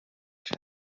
ati